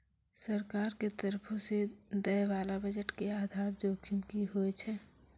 सरकार के तरफो से दै बाला बजट के आधार जोखिम कि होय छै?